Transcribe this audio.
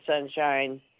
sunshine